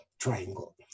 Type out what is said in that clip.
triangle